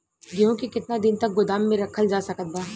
गेहूँ के केतना दिन तक गोदाम मे रखल जा सकत बा?